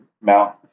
Mount